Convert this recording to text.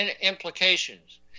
implications